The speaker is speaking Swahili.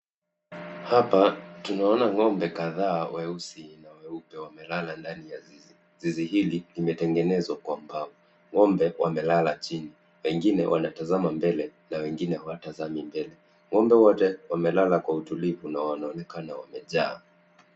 Hapa tunaona ng'ombe kadhaa weusi na weupe wamelala ndani ya zizi. Zizi hili limetengenezwa kwa mbao. Ng'ombe wamelala chini, wengine wanatazama mbele na wengine hawatazami mbele. Ng'ombe wote wamelala kwa utulivu na wanaonekana wamejaa.